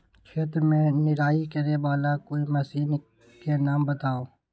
खेत मे निराई करे वाला कोई मशीन के नाम बताऊ?